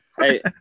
Hey